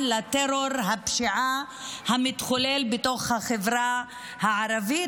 לטרור הפשיעה המתחולל בתוך החברה הערבית,